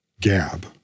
Gab